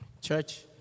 Church